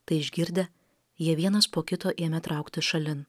tai išgirdę jie vienas po kito ėmė trauktis šalin